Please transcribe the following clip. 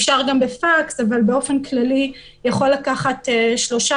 אפשר גם בפקס אבל באופן כללי יכול לקחת שלושה